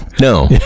No